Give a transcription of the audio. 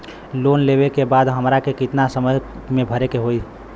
Loan लेवे के बाद हमरा के कितना समय मे भरे के होई?